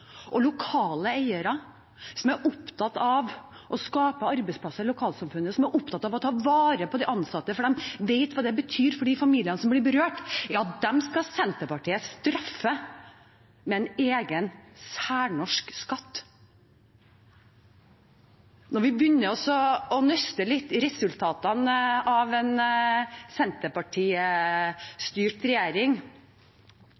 lokalsamfunnet, som er opptatt av å ta vare på de ansatte fordi de vet hva det betyr for de familiene som blir berørt, skal Senterpartiet straffe med en egen særnorsk skatt. Når vi begynner å nøste litt i resultatene av en